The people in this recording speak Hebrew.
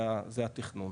זה התכנון,